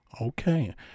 Okay